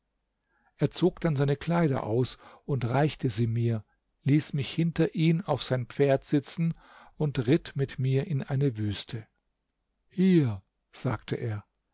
er zog dann seine kleider aus und reichte sie mir ließ mich hinter ihn auf sein pferd sitzen und ritt mit mir in eine wüste hier sagte er